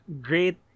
great